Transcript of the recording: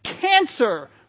cancer